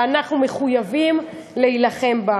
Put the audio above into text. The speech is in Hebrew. ואנחנו מחויבים להילחם בה,